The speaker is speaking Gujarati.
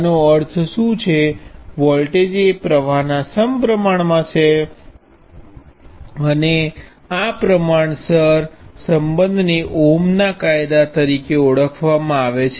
આનો અર્થ શું છે વોલ્ટેજ એ પ્ર્વાહના પ્રમાણમાં છે અને આ પ્રમાણસર સંબંધને ઓહ્મના કાયદા તરીકે ઓળખવામાં આવે છે